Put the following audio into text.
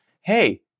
Hey